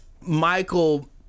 Michael